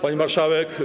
Pani Marszałek!